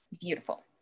Beautiful